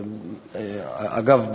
אגב,